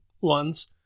ones